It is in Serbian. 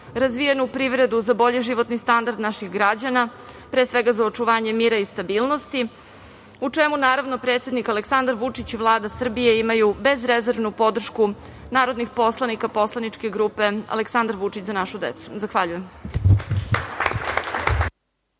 razvijenu privredu, za bolji životni standard naših građana, pre svega za očuvanje mira i stabilnosti, u čemu, naravno, predsednik Aleksandar Vučić i Vlada Srbije imaju bezrezervnu podršku narodnih poslanika poslaničke grupe „Aleksandar Vučić – Za našu decu“. Zahvaljujem.